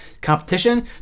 competition